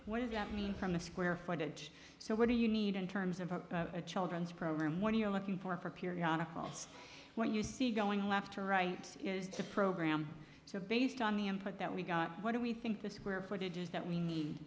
what does that mean from the square footage so what do you need in terms of a children's program when you're looking for periodicals what you see going left to right is to program so based on the input that we got what do we think the square footage is that we need